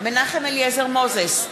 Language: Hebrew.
מנחם אליעזר מוזס,